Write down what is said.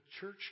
church